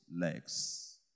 legs